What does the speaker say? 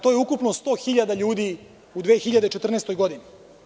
To je ukupno 100 hiljada ljudi u 2014. godini.